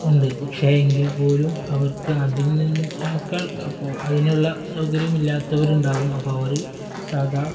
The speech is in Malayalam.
ഉണ്ട് പക്ഷേ എങ്കിൽപ്പോലും അവർക്ക് അതിനുള്ള സൗകര്യമില്ലാത്തവരുണ്ടാകും അപ്പോള് അവര് സാധാ